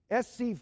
SC